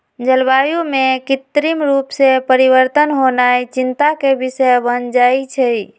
जलवायु में कृत्रिम रूप से परिवर्तन होनाइ चिंता के विषय बन जाइ छइ